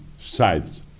sides